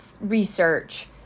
research